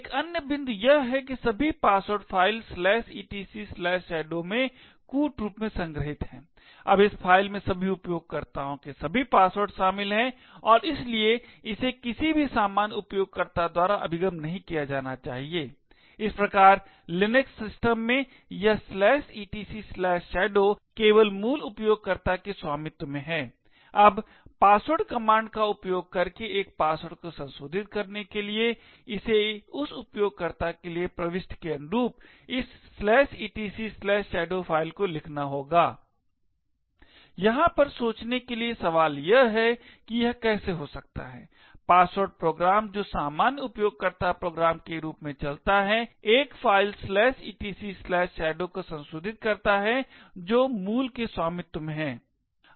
एक अन्य बिंदु यह है कि सभी पासवर्ड फ़ाइल etcshadow में कूट रूप में संग्रहीत हैं अब इस फ़ाइल में सभी उपयोगकर्ताओं के सभी पासवर्ड शामिल हैं और इसलिए इसे किसी भी सामान्य उपयोगकर्ता द्वारा अभिगम नहीं किया जाना चाहिए इस प्रकार लिनक्स सिस्टम में यह etcshadow केवल मूल उपयोगकर्ता के स्वामित्व में है अब पासवर्ड कमांड का उपयोग करके एक पासवर्ड को संशोधित करने के लिए इसे उस उपयोगकर्ता के लिए प्रविष्टि के अनुरूप इस etcshadow फ़ाइल को लिखना होगा यहां पर सोचने के लिए सवाल यह है कि यह कैसे हो सकता है पासवर्ड प्रोग्राम जो सामान्य उपयोगकर्ता प्रोग्राम के रूप में चलता है एक फ़ाइल etcshadow को संशोधित करता है जो मूल के स्वामित्व में है